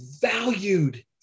valued